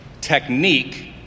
technique